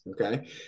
Okay